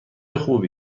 خوبی